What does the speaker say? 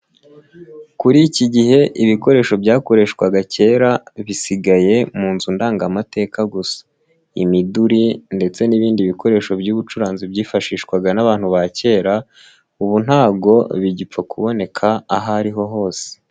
Kuri iki gihe ibikoresho byakoreshwaga kera bisigaye mu nzu ndangamateka gusa. Imiduri ndetse n'ibindi bikoresho by'ubucuranzi byifashishwaga n'abantu ba kera, ubu ntabwo bigipfa kuboneka ahariho hose.